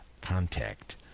contact